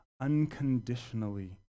unconditionally